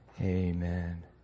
Amen